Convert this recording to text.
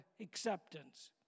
acceptance